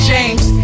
James